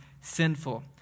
sinful